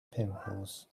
pimples